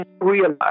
realize